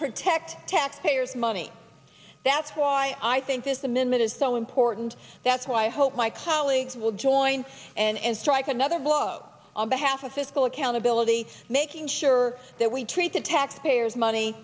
protect taxpayers money that's why i think this amendment is so important that's why i hope my colleagues will join and strike another blow on behalf of fiscal accountability making sure that we treat the taxpayers money